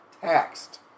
taxed